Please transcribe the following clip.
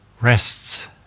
rests